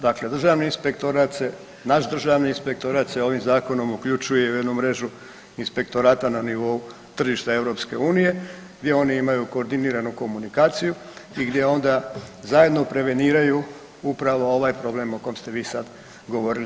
Dakle, državni inspektorat se, naš državni inspektorat se ovim zakon uključuje u jednu mrežu inspektorata na nivou tržišta EU gdje oni imaju koordiniranu komunikaciju i gdje onda zajedno preveniraju upravo ovaj problem o kom ste vi sada govorili.